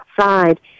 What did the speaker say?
outside